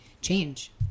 change